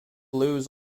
lose